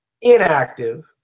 inactive